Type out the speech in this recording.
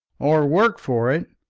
or work for it.